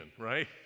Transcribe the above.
right